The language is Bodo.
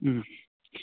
उम